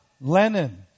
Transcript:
Lenin